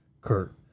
Kurt